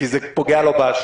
כי זה פוגע לו באשראי.